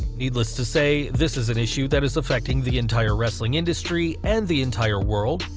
needless to say, this is an issue that is affecting the entire wrestling industry, and the entire world,